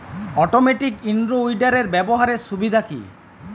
Automatic in row উইডারের ব্যবহারের সুবিধা কি?